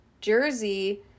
Jersey